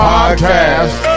Podcast